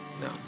No